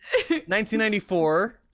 1994